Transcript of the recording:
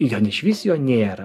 jon išvis jo nėra